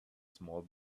small